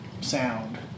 sound